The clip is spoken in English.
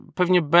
pewnie